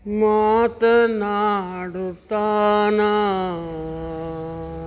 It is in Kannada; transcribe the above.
ಮಾತನಾಡುತಾನಾ